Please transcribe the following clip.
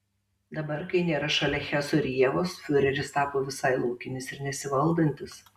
dabar kai nėra šalia heso ir ievos fiureris tapo visai laukinis ir nesivaldantis